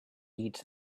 eat